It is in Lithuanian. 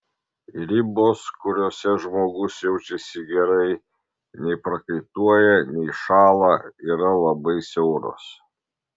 ribos kuriose žmogus jaučiasi gerai nei prakaituoja nei šąla yra labai siauros